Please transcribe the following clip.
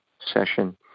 session